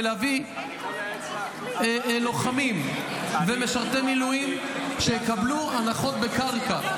ולהביא לוחמים ומשרתי מילואים שיקבלו הנחות בקרקע.